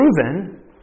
proven